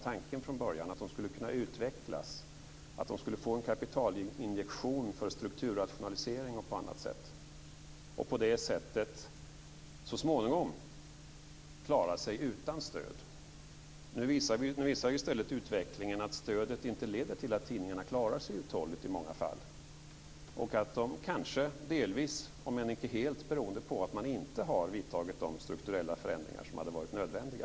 Tanken från början var ju att de skulle kunna utvecklas, att de skulle få en kapitalinjektion för strukturrationalisering och på det sättet så småningom klara sig utan stöd. Nu visar i stället utvecklingen att stödet i många fall inte leder till att tidningarna klarar sig uthålligt, kanske delvis om än icke helt beroende på att man inte har vidtagit de strukturella förändringar som hade varit nödvändiga.